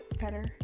Better